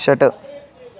षट्